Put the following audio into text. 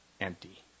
empty